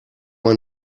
man